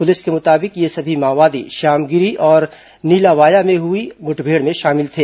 police के मुताबिक ये सभी माओवादी श्यामगिरी और निलावाया में हुई मुठभेड़ में शामिल थे